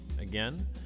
Again